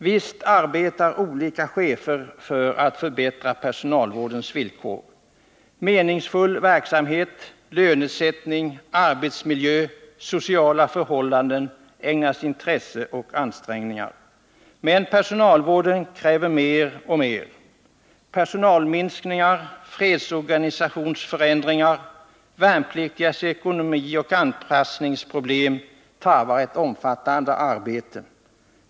Visst arbetar olika chefer för att förbättra personalvårdens villkor. Meningsfull verksamhet, lönesättning, arbetsmiljö och sociala förhållanden ägnas intresse och ansträngningar. Men personalvården kräver mer och mer. Personalminskningar, fredsorganisationsförändringar, värnpliktigas ekonomi och anpassningsproblem tarvar ett omfattande arbete.